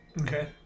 Okay